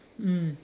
mm